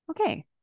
okay